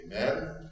Amen